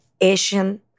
Asian